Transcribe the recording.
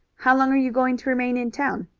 how long are you going to remain in town?